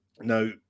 Now